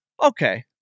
Okay